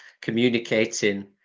communicating